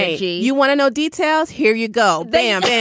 you you want to know details? here you go bam,